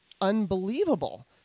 unbelievable